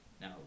Now